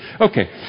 Okay